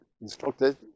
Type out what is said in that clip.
instructed